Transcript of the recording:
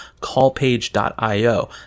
callpage.io